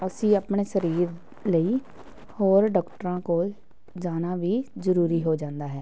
ਅਸੀਂ ਆਪਣੇ ਸਰੀਰ ਲਈ ਹੋਰ ਡਾਕਟਰਾਂ ਕੋਲ ਜਾਣਾ ਵੀ ਜ਼ਰੂਰੀ ਹੋ ਜਾਂਦਾ ਹੈ